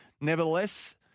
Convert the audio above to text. Nevertheless